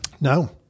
no